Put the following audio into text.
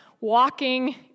walking